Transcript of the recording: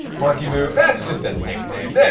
markimoo. that's just a nickname. yeah